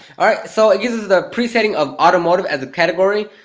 alright, so it gives us the pre-setting of automotive as a category,